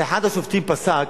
אחד השופטים פסק